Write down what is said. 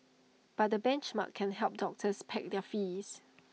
but the benchmarks can help doctors peg their fees